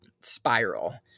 spiral